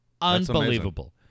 unbelievable